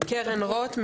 קרן רוט,